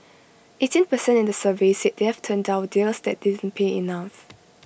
eighteen per cent in the survey said they've turned down deals that didn't pay enough